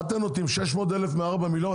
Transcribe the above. אתם נותנים 600,000 מ-4 מיליון?